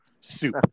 soup